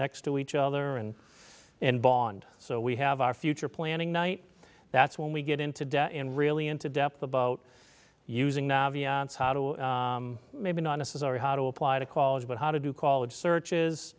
next to each other and and bond so we have our future planning night that's when we get into debt and really into depth about using maybe not necessarily how to apply to college but how to do college searches